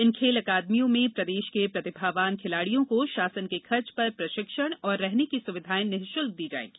इन खेल अकादमियों में प्रदेश के प्रतिभावान खिलाड़ियों को शासन के खर्च पर प्रशिक्षण और रहने की सुविधाएं निःशुल्क दी जायेगी